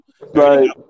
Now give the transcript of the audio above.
right